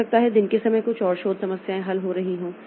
हो सकता है कि दिन के समय कुछ और शोध समस्याएं हल हो रही हों